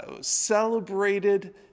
celebrated